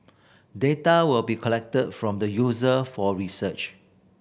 data will be collected from the user for research